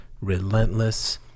relentless